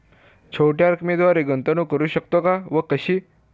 छोट्या रकमेद्वारे गुंतवणूक करू शकतो का व कशी?